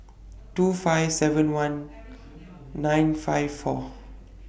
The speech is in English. two five seven one nine five four